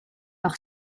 par